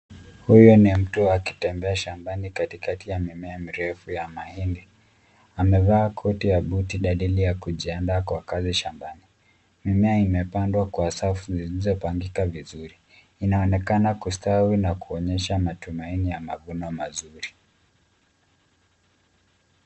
Huyu ni mtu akitembea shambani katikati ya mimea mirefu ya mahindi. Amevaa koti ya buti dalili ya kujiandaa shambani. Mimea imepandwa kwa safu zilizopangika vizuri, inaonekana kustawi na kuonyesha matumaini ya mavuno mazuri.